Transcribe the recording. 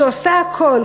שעושה הכול,